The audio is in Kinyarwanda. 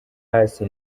hasi